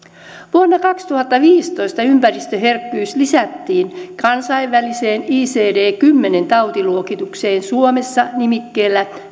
vuonna kaksituhattaviisitoista ympäristöherkkyys lisättiin kansainväliseen icd kymmenen tautiluokitukseen suomessa nimikkeellä